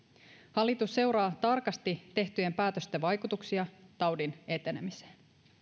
hallitus seuraa tarkasti tehtyjen päätösten vaikutuksia taudin etenemiseen